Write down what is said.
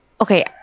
okay